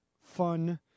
fun